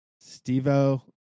steve-o